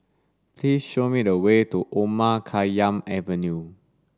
please show me the way to Omar Khayyam Avenue